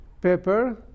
pepper